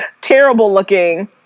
terrible-looking